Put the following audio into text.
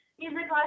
music